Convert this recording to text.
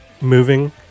moving